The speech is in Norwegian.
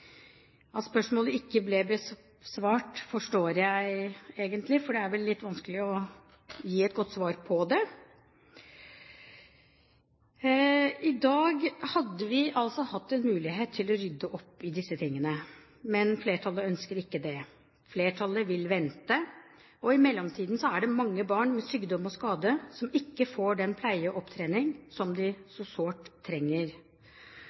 At spørsmålet ikke ble besvart, forstår jeg egentlig, for det er vel litt vanskelig å gi et godt svar på det. I dag hadde vi altså hatt en mulighet til å rydde opp i disse tingene, men flertallet ønsker ikke det. Flertallet vil vente, og i mellomtiden er det mange barn med sykdom og skade som ikke får den pleie og opptrening som de så sårt trenger.